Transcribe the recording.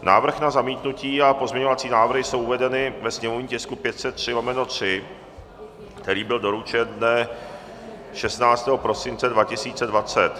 Návrh na zamítnutí a pozměňovací návrhy jsou uvedeny ve sněmovním tisku 503/3, který byl doručen dne 16. prosince 2020.